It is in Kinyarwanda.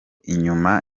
inyuma